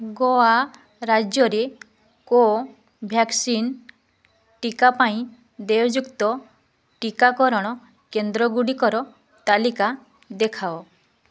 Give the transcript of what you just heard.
ଗୋଆ ରାଜ୍ୟରେ କୋଭ୍ୟାକ୍ସିନ୍ ଟିକା ପାଇଁ ଦେୟଯୁକ୍ତ ଟିକାକରଣ କେନ୍ଦ୍ରଗୁଡ଼ିକର ତାଲିକା ଦେଖାଅ